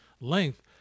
length